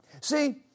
See